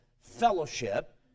fellowship